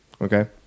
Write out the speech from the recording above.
okay